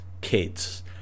kids